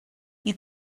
you